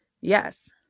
Yes